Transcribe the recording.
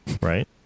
Right